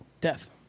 Death